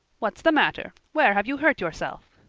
what's the matter? where have you hurt yourself?